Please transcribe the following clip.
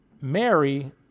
Mary